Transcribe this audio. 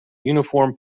uniform